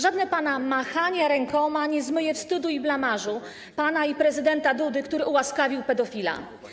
Żadne pana machanie rękoma nie zmyje wstydu i blamażu pana i prezydenta Dudy, który ułaskawił pedofila.